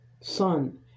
Son